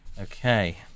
Okay